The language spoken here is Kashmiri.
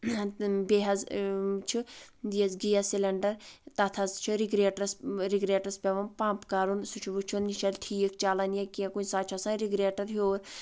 بیٚیِہ حٕظ چھُ یَس گیس سِلینڈر تَتھ حٕظ چھِ رِگریٹرس رِگریٹرس پؠوان پَمپ کَرُن سُہ چھُ وُچھُن یہِ چھ ٹھیٖک چَلان یا کینٛہہ کُنہِ ساتہٕ چھُ آسان رِگریٹر ہیور